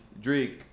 Drake